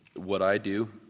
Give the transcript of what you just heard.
what i do,